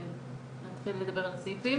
לדבר על הסעיפים?